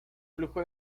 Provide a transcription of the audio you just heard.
flujo